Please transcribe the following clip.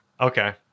Okay